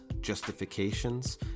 justifications